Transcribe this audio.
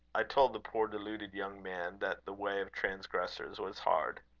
i told the poor deluded young man that the way of transgressors was hard.